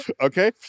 okay